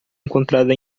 encontrada